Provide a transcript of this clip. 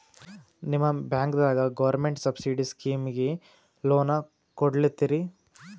ನಿಮ ಬ್ಯಾಂಕದಾಗ government subsidy ಸ್ಕೀಮಿಗಿ ಲೊನ ಕೊಡ್ಲತ್ತೀರಿ?